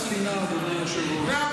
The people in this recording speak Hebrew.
לך תריב בספינה, אדוני היושב-ראש.